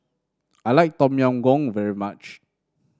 I like Tom Yam Goong very much